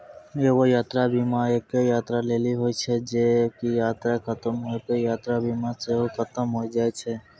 एगो यात्रा बीमा एक्के यात्रा लेली होय छै जे की यात्रा खतम होय पे यात्रा बीमा सेहो खतम होय जाय छै